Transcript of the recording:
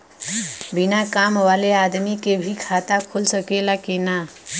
बिना काम वाले आदमी के भी खाता खुल सकेला की ना?